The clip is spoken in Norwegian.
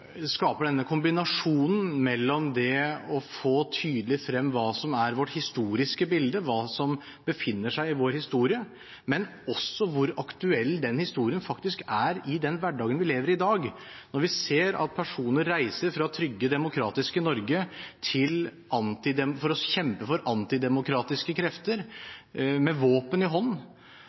kombinasjonen mellom det å få tydelig frem hva som er vårt historiske bilde, hva som befinner seg i vår historie, og hvor aktuell den historien faktisk er i den hverdagen vi lever i i dag. Når vi ser at personer reiser fra trygge, demokratiske Norge for å kjempe for antidemokratiske krefter, med våpen i hånd,